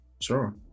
Sure